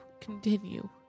continue